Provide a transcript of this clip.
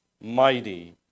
Mighty